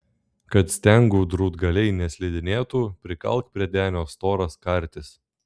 kad stengų drūtgaliai neslidinėtų prikalk prie denio storas kartis